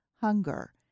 hunger